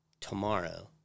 tomorrow